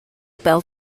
bêl